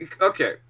Okay